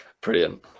Brilliant